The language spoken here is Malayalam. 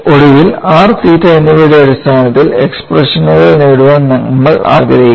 ഒടുവിൽ r തീറ്റ എന്നിവയുടെ അടിസ്ഥാനത്തിൽ എക്സ്പ്രഷനുകൾ നേടാൻ നമ്മൾ ആഗ്രഹിക്കുന്നു